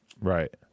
Right